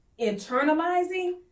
internalizing